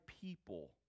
people